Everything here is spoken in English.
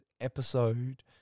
episode